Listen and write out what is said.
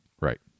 Right